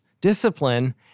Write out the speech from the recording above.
discipline